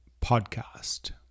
Podcast